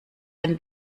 ein